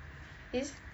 this